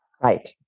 Right